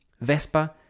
Vespa